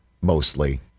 mostly